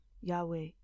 Yahweh